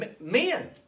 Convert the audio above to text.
men